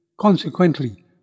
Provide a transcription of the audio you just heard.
Consequently